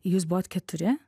jūs buvot keturi